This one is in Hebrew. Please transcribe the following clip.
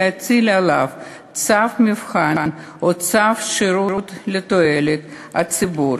להטיל עליו צו מבחן או צו שירות לתועלת הציבור.